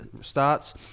starts